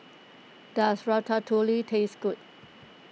does Ratatouille taste good